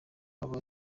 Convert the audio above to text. uba